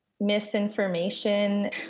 misinformation